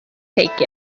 take